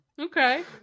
Okay